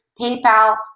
PayPal